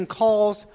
calls